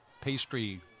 pastry